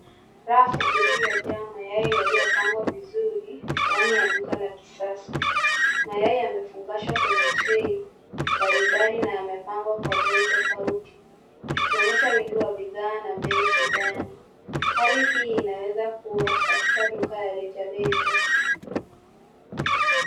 Rafu iliyojaa mayai yaliyopangwa vizuri ndani ya duka la kisasa. Mayai yamefungashwa kwenye tray mbali mbali na yamepangwa kwa bei tofauti. Ikionyesha wingi wa bidhaa na bei shindani . Hali hii inaweza kuwa katika duka la reja reja .